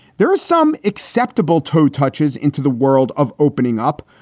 there is some acceptable toe touches into the world of opening up.